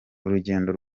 urugendo